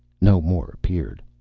no more appeared.